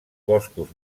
boscos